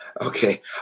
Okay